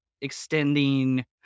extending